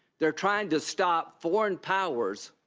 they are trying to stop foreign powers